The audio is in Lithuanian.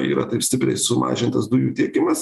yra taip stipriai sumažintas dujų tiekimas